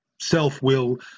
self-will